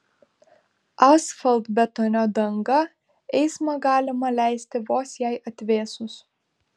asfaltbetonio danga eismą galima leisti vos jai atvėsus